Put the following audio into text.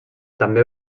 també